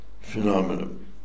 Phenomenon